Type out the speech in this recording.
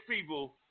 people